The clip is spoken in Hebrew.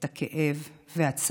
את הכאב והצער.